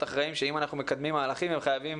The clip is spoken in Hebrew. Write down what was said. אחראים שאם אנחנו מקדמים מהלכים הם חייבים